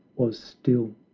was still.